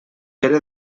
pere